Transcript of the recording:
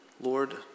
Lord